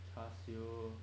char siew